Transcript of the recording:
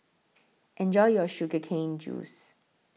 Enjoy your Sugar Cane Juice